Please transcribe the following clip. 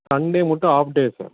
Sunday மட்டும் off day sir